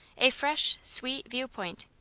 a fresh, sweet view-point.